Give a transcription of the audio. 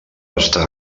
està